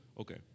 Okay